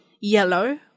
yellow